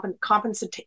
compensation